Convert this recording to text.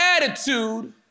attitude